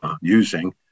using